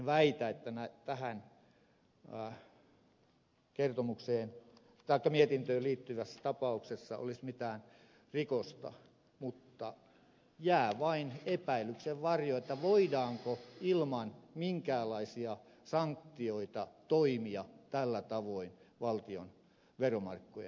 en väitä että tähän mietintöön liittyvässä tapauksessa olisi mitään rikosta mutta jää vain epäilyksen varjo voidaanko ilman minkäänlaisia sanktioita toimia tällä tavoin valtion veromarkkojen osalta